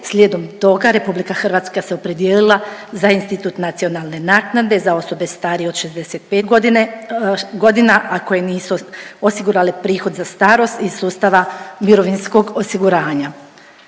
slijedom toga RH se opredijelila za institut nacionalne naknade za osobe starije od 65.g., a koje nisu osigurale prihod za starost iz sustava mirovinskog osiguranja.